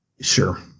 Sure